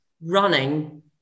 running